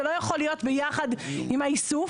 זה לא יכול להיות ביחד עם האיסוף,